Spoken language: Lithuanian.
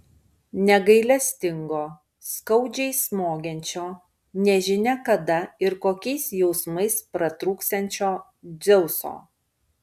negailestingo skaudžiai smogiančio nežinia kada ir kokiais jausmais pratrūksiančio dzeuso